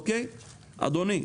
אדוני,